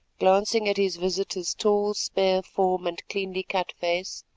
glancing at his visitor's tall spare form and cleanly cut face,